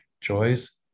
joys